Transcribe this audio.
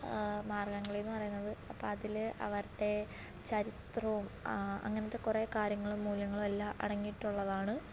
മാർഗംകളി എന്ന് പറയുന്നത് അപ്പോള് അതില് അവരുടെ ചരിത്രവും അങ്ങനത്തെ കുറെ കാര്യങ്ങളും മൂല്യങ്ങളും എല്ലാം അടങ്ങിയിട്ടുള്ളതാണ്